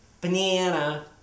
banana